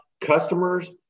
customers